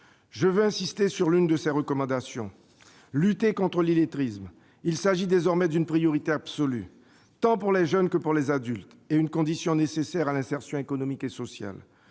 Je veux insister sur l'une de ses recommandations : lutter contre l'illettrisme. Il s'agit désormais d'une priorité absolue, tant pour les jeunes que pour les adultes ; c'est une condition nécessaire à l'insertion économique et sociale.